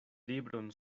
libron